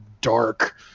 dark